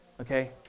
okay